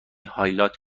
هایلایت